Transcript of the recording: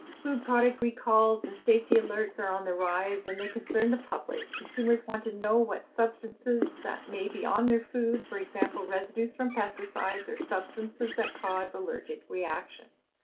food product recalls and safety alerts are on the rise and they concern the public. consumers want to know what substances that may be on their food. for example, residues from pesticides or substances that cause allergic reaction.